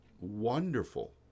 wonderful